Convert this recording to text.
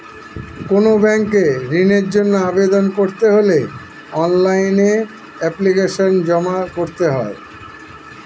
কোনো ব্যাংকে ঋণের জন্য আবেদন করতে হলে অনলাইনে এপ্লিকেশন জমা করতে হয়